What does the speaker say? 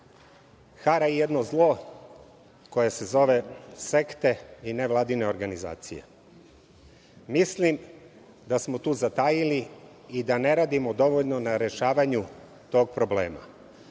hara jedno zlo koje se zove sekte i nevladine organizacije. Mislim, da smo tu zatajili i da ne radimo dovoljno na rešavanju tog problema.